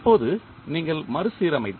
இப்போது நீங்கள் மறுசீரமைத்தால்